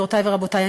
גבירותי ורבותי,